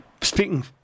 speaking